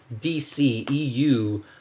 DCEU